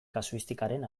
kasuistikaren